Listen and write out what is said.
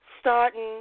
starting